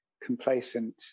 complacent